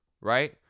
right